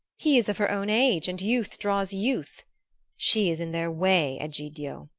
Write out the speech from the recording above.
he is of her own age and youth draws youth she is in their way, egidio!